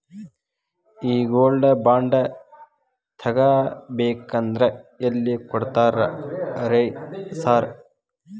ಈ gold bond ತಗಾಬೇಕಂದ್ರ ಎಲ್ಲಿ ಕೊಡ್ತಾರ ರೇ ಸಾರ್?